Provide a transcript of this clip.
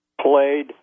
played